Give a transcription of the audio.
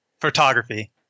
photography